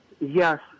yes